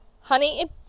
honey